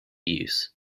use